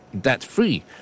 debt-free